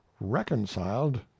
reconciled